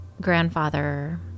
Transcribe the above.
grandfather